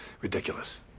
ridiculous